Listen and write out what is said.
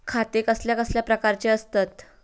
खाते कसल्या कसल्या प्रकारची असतत?